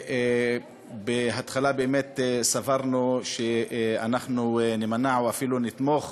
בהתחלה באמת סברנו שאנחנו נימנע או אפילו נתמוך